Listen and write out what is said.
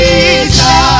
Jesus